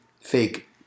Fake